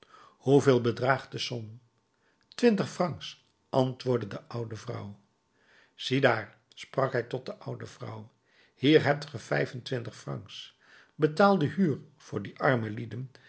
hoeveel bedraagt de som twintig francs antwoordde de oude vrouw ziedaar sprak hij tot de oude vrouw hier hebt ge vijfentwintig francs betaal de huur voor die arme lieden